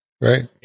Right